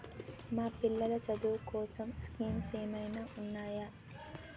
మా పిల్లలు చదువు కోసం స్కీమ్స్ ఏమైనా ఉన్నాయా?